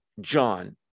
John